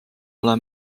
ole